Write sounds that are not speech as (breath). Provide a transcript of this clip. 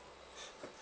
(breath)